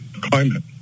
climate